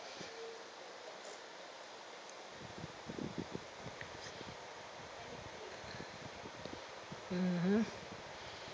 mmhmm